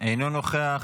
אינו נוכח.